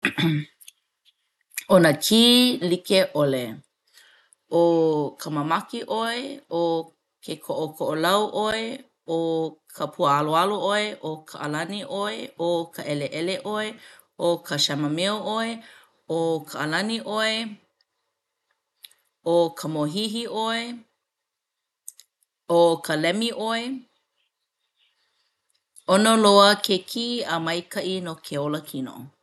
ʻO nā kī like ʻole, ʻo ka māmaki ʻoe, ʻo ke koʻokoʻolau ʻoe, ʻo ka puaaloalo ʻoe, ʻo ka ʻalani ʻoe, ʻo ka ʻeleʻele ʻoe, ʻo ka chamomile ʻoe, ʻo ka ʻalani ʻoe, ʻo ka mōhihi ʻoe, ʻo ka lemi ʻoe. ʻOno loa ke kī a maikaʻi no ke olakino.